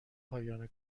پایان